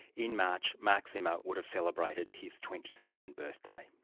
in march, mark zimmer would have celebrated his twenty second birthday.